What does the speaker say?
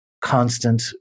Constant